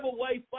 away